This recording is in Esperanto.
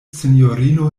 sinjorino